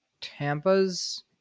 Tampa's